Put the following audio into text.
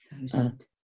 thousand